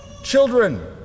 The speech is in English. Children